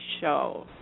show